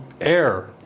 air